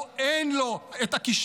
או אין לו הכישרון,